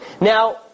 now